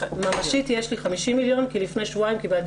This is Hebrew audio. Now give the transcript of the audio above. ממשית יש לי 50 מיליון כי לפני שבועיים קיבלתי